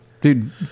Dude